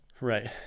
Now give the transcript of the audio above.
Right